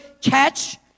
catch